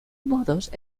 modos